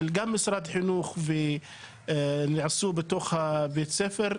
גם של משרד החינוך וגם שנעשו בתוך בתי הספר,